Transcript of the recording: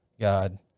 God